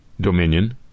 Dominion